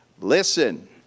listen